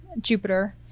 Jupiter